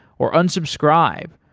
or unsubscribe,